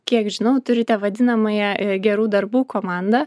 kiek žinau turite vadinamąją gerų darbų komandą